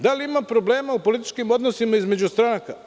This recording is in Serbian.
Da li ima problema u političkim odnosima između stranaka.